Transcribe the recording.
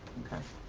okay?